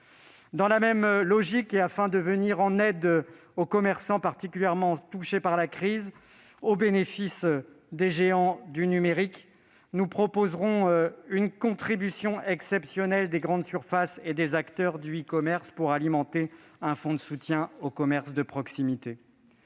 Dans la même logique, et afin de venir en aide aux commerçants qui sont particulièrement touchés par la crise au bénéfice des géants du numérique, nous proposerons une contribution exceptionnelle des grandes surfaces et des acteurs du e-commerce pour alimenter un fonds de soutien aux commerces de proximité.